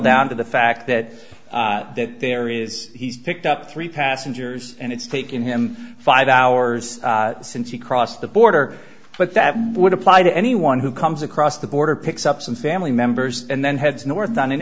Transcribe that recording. down to the fact that there is he's picked up three passengers and it's taken him five hours since he crossed the border but that would apply to anyone who comes across the border picks up some family members and then heads north on an